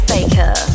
Baker